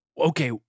okay